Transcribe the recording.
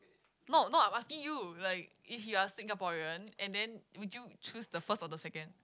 not not I'm asking you like if you are Singaporean and then would you choose the first or the second